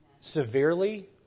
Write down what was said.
severely